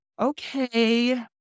okay